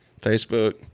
Facebook